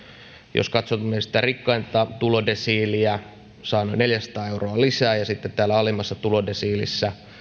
jos katsomme sitä rikkainta tulodesiiliä saamme neljäsataa euroa lisää ja sitten täällä alimmassa tulodesiilissä